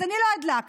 אז אני לא הדלקתי,